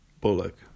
Bullock